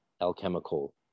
alchemical